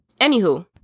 anywho